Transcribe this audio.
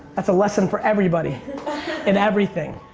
that's a lesson for everybody in everything.